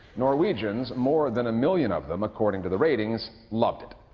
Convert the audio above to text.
norwegians, more than a million of them according to the ratings, loved it.